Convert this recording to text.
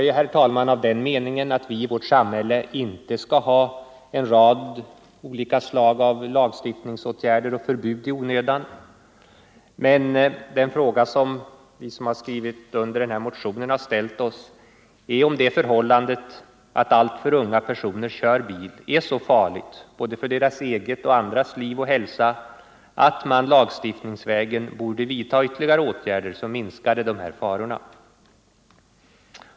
Jag är, herr talman, av den meningen att vi i vårt samhälle inte skall använda en rad lagstiftningsåtgärder och förbud i onödan, men den fråga som vi som skrivit under den här motionen har ställt oss är om det förhållandet att alltför unga personer kör bil är så farligt både för deras eget och för andras liv och hälsa att man lagstiftningsvägen borde vidta ytterligare åtgärder som minskade dessa faror.